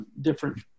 different